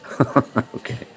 Okay